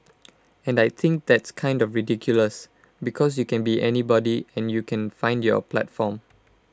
and I think that's kind of ridiculous because you can be anybody and you can find your platform